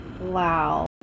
wow